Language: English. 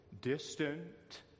distant